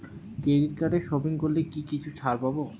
Credit কার্ডে shopping করলে কি কিছু ছাড় পাব?